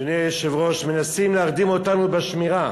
אדוני היושב-ראש, מנסים להרדים אותנו בשמירה.